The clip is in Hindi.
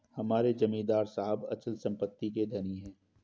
हमारे जमींदार साहब अचल संपत्ति के धनी हैं